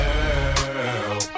Girl